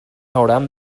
hauran